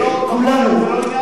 כולנו.